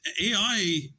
AI